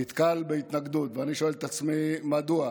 נתקל בהתנגדות, ואני שואל את עצמי מדוע.